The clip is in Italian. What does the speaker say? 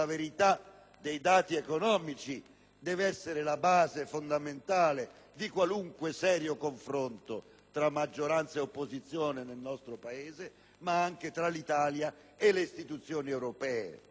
dei dati economici deve essere la base fondamentale di qualunque serio confronto fra maggioranza e opposizione in questo Paese, ma anche tra l'Italia e le istituzioni europee.